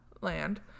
land